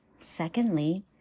Secondly